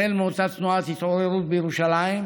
החל באותה תנועת התעוררות בירושלים,